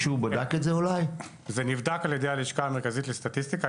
זה נבדק על ידי הלשכה המרכזית לסטטיסטיקה.